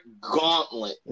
gauntlet